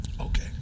Okay